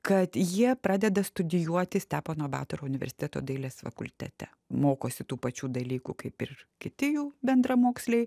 kad jie pradeda studijuoti stepono batoro universiteto dailės fakultete mokosi tų pačių dalykų kaip ir kiti jų bendramoksliai